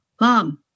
mom